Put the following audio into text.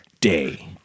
day